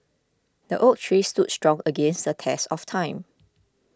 the oak tree stood strong against the test of time